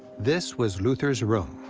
this was luther's room.